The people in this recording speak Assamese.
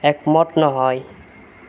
একমত নহয়